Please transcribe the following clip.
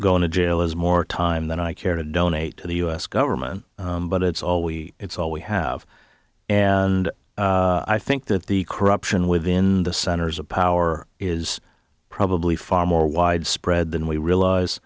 going to jail is more time than i care to donate to the u s government but it's all we it's all we have and i think that the corruption within the centers of power is probably far more widespread than we realize